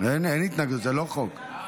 אין התנגדות, זה לא חוק.